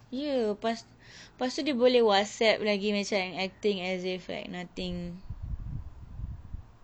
ye lepas lepastu dia boleh Whatsapp lagi macam acting as if like nothing